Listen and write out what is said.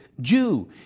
Jew